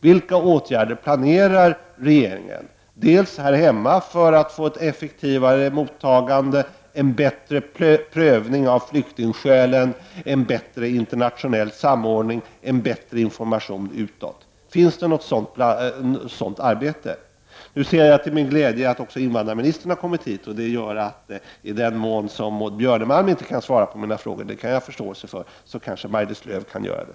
Vilka åtgärder planerar regeringen dels här hemma för att få till stånd ett effektivare mottagande och en bättre prövning av flyk tingskälen, dels för att få till stånd en bättre internationell samordning och en bättre information utåt? Förekommer det något sådant arbete? Nu ser jag till min glädje att också invandrarministern kommit in i kammaren. I den mån som Maud Björnemalm inte kan svara på mina frågor — vilket jag kan förstå — kan kanske Maj-Lis Lööw göra det.